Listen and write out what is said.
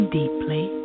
deeply